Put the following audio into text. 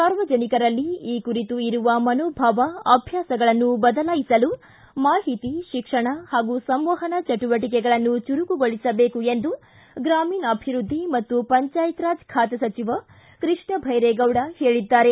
ಸಾರ್ವಜನಿಕರಲ್ಲಿ ಈ ಕುರಿತು ಇರುವ ಮನೋಭಾವ ಅಭ್ಯಾಸಗಳನ್ನು ಬದಲಾಯಿಸಲು ಮಾಹಿತಿ ಶಿಕ್ಷಣ ಹಾಗೂ ಸಂವಹನ ಚಟುವಟಿಕೆಗಳನ್ನು ಚುರುಕುಗೊಳಿಸಬೇಕು ಎಂದು ಗ್ರಾಮೀಣಾಭಿವೃದ್ಧಿ ಮತ್ತು ಪಂಚಾಯತರಾಜ್ ಖಾತೆ ಸಚಿವ ಕೃಷ್ಣ ಭೈರೇಗೌಡ ಹೇಳಿದ್ದಾರೆ